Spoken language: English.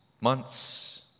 months